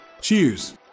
Cheers